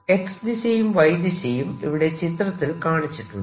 X ദിശയും Y ദിശയും ഇവിടെ ചിത്രത്തിൽ കാണിച്ചിട്ടുണ്ട്